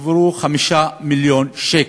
הועברו 5 מיליון שקל.